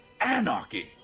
anarchy